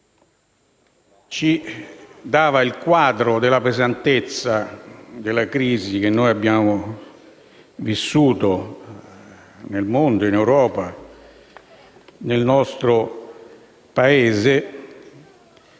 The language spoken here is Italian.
ci dava il quadro della pesantezza della crisi che abbiamo vissuto nel mondo, in Europa e nel nostro Paese.